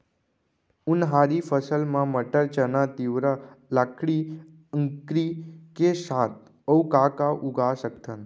उनहारी फसल मा मटर, चना, तिंवरा, लाखड़ी, अंकरी के साथ अऊ का का उगा सकथन?